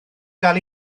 gael